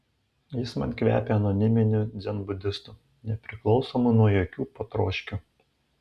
jis man kvepia anoniminiu dzenbudistu nepriklausomu nuo jokių potroškių